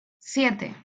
siete